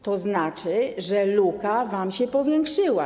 To znaczy, że luka wam się powiększyła.